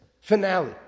finale